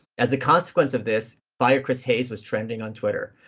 as a consequence of this, fire chris hayes was trending on twitter.